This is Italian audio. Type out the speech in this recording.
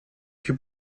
più